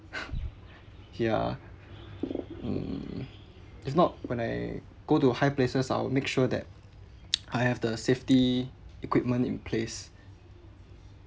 ya mm if not when I go to high places I will make sure that I have the safety equipment in place